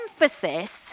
emphasis